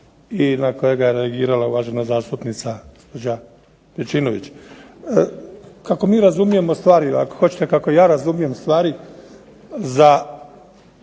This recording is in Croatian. i na kojega je reagirala uvažena zastupnica gospođa Pejčinović. Kako mi razumijemo stvari, ako hoćete kako ja razumijem stvari za